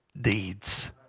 deeds